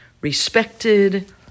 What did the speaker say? respected